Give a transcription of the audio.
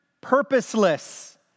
purposeless